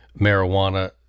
marijuana